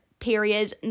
period